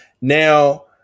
Now